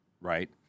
right